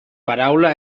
paraula